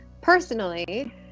personally